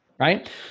Right